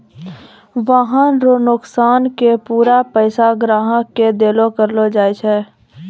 वाहन रो नोकसान के पूरा पैसा ग्राहक के देलो करलो जाय छै